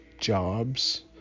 jobs